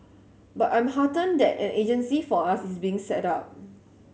but I'm heartened that an agency for us is being set up